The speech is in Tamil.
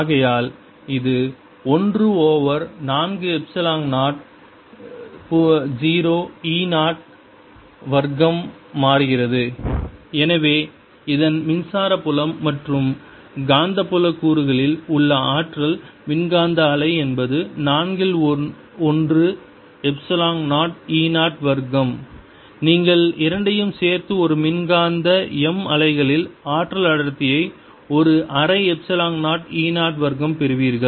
ஆகையால் இது ஒன்று ஓவர் நான்கு எப்சிலான் 0 e 0 வர்க்கம் மாறுகிறது எனவே இதன் மின்சார புலம் மற்றும் காந்தப்புல கூறுகளில் உள்ள ஆற்றல் மின்காந்த அலை என்பது நான்கில் ஒன்று எப்சிலான் 0 e 0 வர்க்கம் நீங்கள் இரண்டையும் சேர்த்து ஒரு மின்காந்த m அலைகளில் ஆற்றல் அடர்த்தியை ஒரு அரை எப்சிலான் 0 e 0 வர்க்கம் பெறுவீர்கள்